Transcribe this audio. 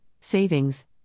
savings